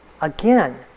Again